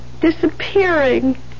disappearing